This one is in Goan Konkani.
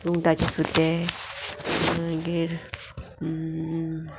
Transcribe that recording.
सुंगटाचे सुके मागीर